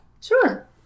Sure